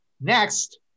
next